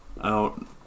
out